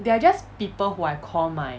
they are just people who I call my